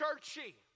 churchy